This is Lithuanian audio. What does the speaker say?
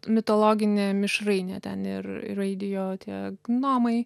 mitologinė mišrainė ten ir reidijo tie gnomai